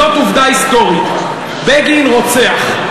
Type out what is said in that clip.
זו עובדה היסטורית: "בגין רוצח".